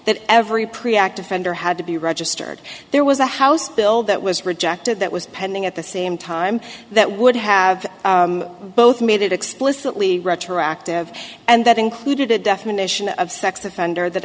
that every preamp defender had to be registered there was a house bill that was rejected that was pending at the same time that would have both made it explicitly retroactive and that included a definition of sex offender that